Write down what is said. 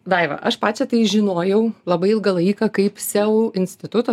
daiva aš pačią tai žinojau labai ilgą laiką kaip seu instituto